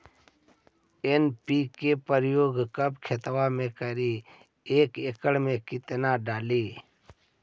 NPK प्रयोग कब खेत मे करि एक एकड़ मे कितना डाली?